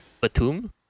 Batum